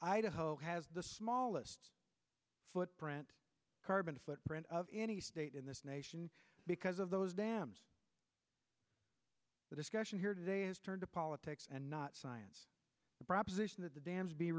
idaho has the smallest footprint carbon footprint of any state in this nation because of those dams the discussion here today is turn to politics and not science the proposition that the dams be